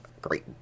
great